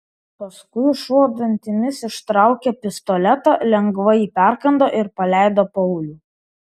paskui šuo dantimis ištraukė pistoletą lengvai jį perkando ir paleido paulių